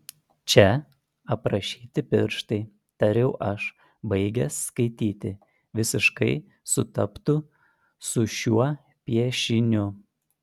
čia aprašyti pirštai tariau aš baigęs skaityti visiškai sutaptų su šiuo piešiniu